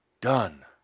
done